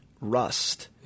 rust